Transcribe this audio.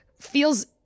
feels